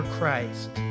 Christ